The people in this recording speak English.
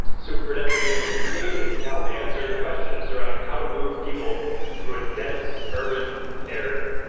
superpedestrian was created to help answer the questions surrounding how to move people through a dense urban area.